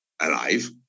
alive